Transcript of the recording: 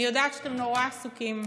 אני יודעת שאתם נורא עסוקים,